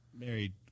married